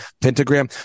pentagram